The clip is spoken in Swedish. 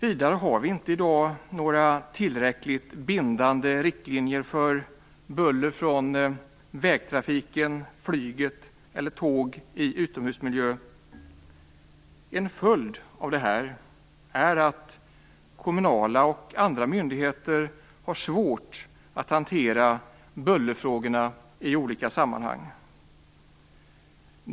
I dag finns inte några tillräckligt bindande riktlinjer för buller från vägtrafik, flyg eller tåg i utomhusmiljö. En följd av detta är att kommunala och andra myndigheter har svårt att hantera bullerfrågorna i olika sammanhang.